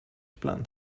plant